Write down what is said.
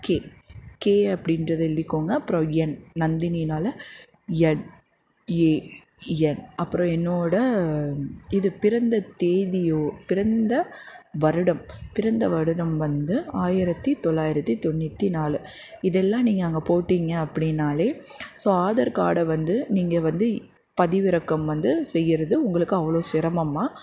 K K அப்படின்றதை எழுதிக்கோங்க அப்புறம் என் நந்தினியால என் ஏ என் அப்புறம் என்னோடய இது பிறந்த தேதியோ பிறந்த வருடம் பிறந்த வருடம் வந்து ஆயிரத்தி தொள்ளாயிரத்தி தொண்ணுற்றி நாலு இதெல்லாம் நீங்கள் அங்கே போட்டிங்கள் அப்படின்னாலே ஸோ ஆதார் கார்டை வந்து நீங்கள் வந்து இ பதிவிறக்கம் வந்து செய்கிறது உங்களுக்கு அவ்வளோ சிரமமாக